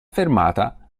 fermata